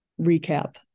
recap